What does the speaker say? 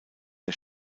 der